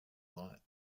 lot